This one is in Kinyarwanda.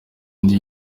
undi